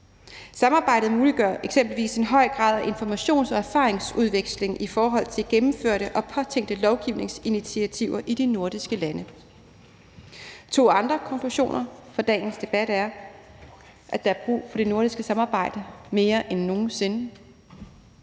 Samarbejdet muliggør eksempelvis en høj grad af informations- og erfaringsudveksling i forhold til gennemførte og påtænkte lovgivningsinitiativer i de nordiske lande. To andre konklusioner fra dagens debat er, at der er brug for det nordiske samarbejde mere end nogen sinde,